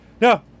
No